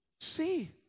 See